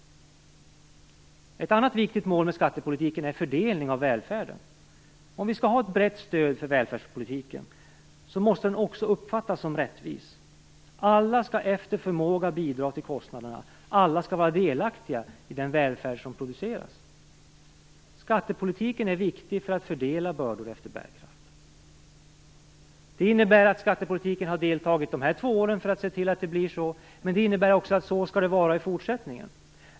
Det andra viktiga målet med skattepolitiken är fördelning av välfärden. Om vi skall ha ett brett stöd för välfärdspolitiken, måste den också uppfattas som rättvis. Alla skall efter förmåga bidra till kostnaderna, och alla skall vara delaktiga i den välfärd som produceras. Skattepolitiken är viktig för att fördela bördor efter bärkraft. Det innebär att skattepolitiken de här två åren har varit delaktig för att se till att det blir så, men det innebär också att det är så det skall vara i fortsättningen.